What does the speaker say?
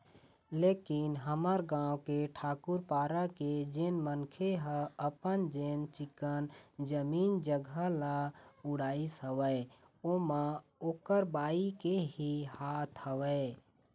लेकिन हमर गाँव के ठाकूर पारा के जेन मनखे ह अपन जेन चिक्कन जमीन जघा ल उड़ाइस हवय ओमा ओखर बाई के ही हाथ हवय